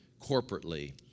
corporately